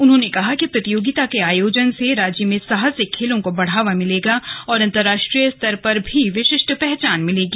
उन्होंने कहा कि प्रतियोगिता के आयोजन से राज्य में साहसिक खेलों को बढ़ावा मिलेगा और अंतरराष्ट्रीय स्तर पर भी विशिष्ट पहचान मिलेगी